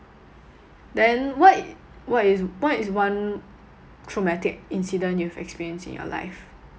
then wha~ what is what is one traumatic incident you've experienced in your life